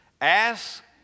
ask